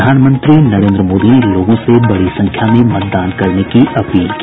प्रधानमंत्री नरेन्द्र मोदी ने लोगों से बड़ी संख्या में मतदान करने की अपील की